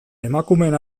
emakumeen